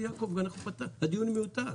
הדיון מיותר,